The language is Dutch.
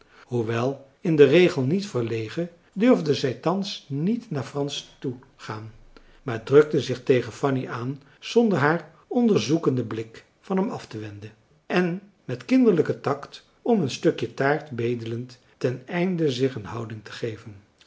hoewel in den regel niet verlegen durfde zij thans niet naar frans toegaan maar drukte zich tegen fanny aan zonder haar onderzoekenden blik van hem aftewenden en met kinderlijken tact om een stukje taart bedelend ten einde zich een houding te geven